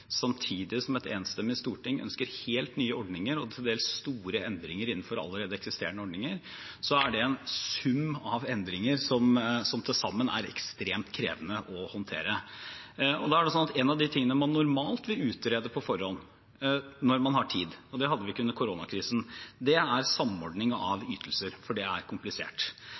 samtidig som et enstemmig storting ønsker helt nye ordninger og til dels store endringer innenfor allerede eksisterende ordninger, er det en sum av endringer som til sammen er ekstremt krevende å håndtere. En av tingene man normalt vil utrede på forhånd – når man har tid, og det hadde vi ikke under koronakrisen – er samordning av ytelser, for det er komplisert.